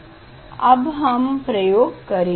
हम अब प्रयोग करेंगे